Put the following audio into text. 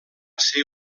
ser